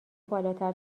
بالاتر